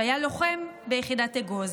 שהיה לוחם ביחידת אגוז.